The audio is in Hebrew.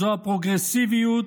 זו הפרוגרסיביות,